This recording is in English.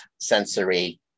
sensory